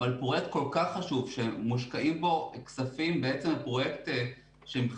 אבל פרויקט כל כך חשוב שמושקעים בו כספים פרויקט שמבחינת